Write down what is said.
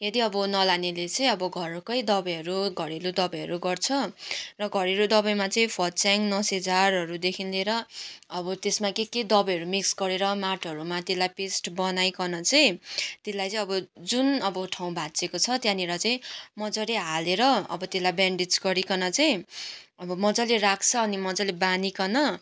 यदि अब नलानेले चाहिँ अब घरकै दबाईहरू घरेलु दबाईहरू गर्छ र घरेलु दबाईमा चाहिँ फच्याङ नसेझारहरूदेखि लिएर अब त्यसमा के के दबाईहरू मिक्स गरेर माटोहरूमा त्यसलाई पेस्ट बनाइकन चाहिँ त्यसलाई चाहिँ अब जुन अब ठाउँ भाँचिएको छ त्यहाँनिर चाहिँ मजाले हालेर अब त्यसलाई ब्यान्डेज गरिकन चाहिँ अब मजाले राख्छ अनि मजाले बाँधिकन